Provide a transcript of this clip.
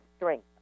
strength